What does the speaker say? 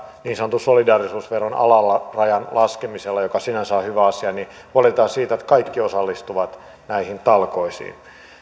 niin sanotun solidaarisuusveron alarajan laskemisella joka sinänsä on hyvä asia huolehditaan siitä että kaikki osallistuvat näihin talkoisiin